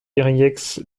yrieix